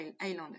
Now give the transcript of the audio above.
island